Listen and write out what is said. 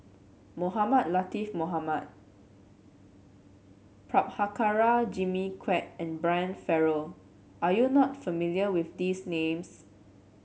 Mohamed Latiff Mohamed Prabhakara Jimmy Quek and Brian Farrell are you not familiar with these names